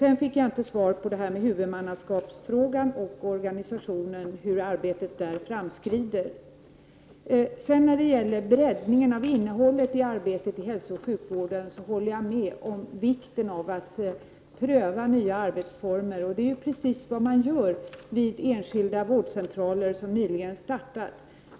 Vidare fick jag inte något svar på mina frågor om huvudmannaskap och om organisationen samt om hur arbetet där framskrider. När det gäller breddningen av innehållet i arbetet inom hälsooch sjukvården håller jag med om att det är viktigt att nya arbetsformer prövas. Det är precis vad man gör på enskilda vårdcentraler som nyligen har startat sin verksamhet.